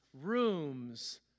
rooms